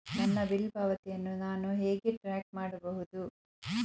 ನನ್ನ ಬಿಲ್ ಪಾವತಿಯನ್ನು ನಾನು ಹೇಗೆ ಟ್ರ್ಯಾಕ್ ಮಾಡಬಹುದು?